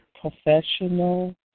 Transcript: Professional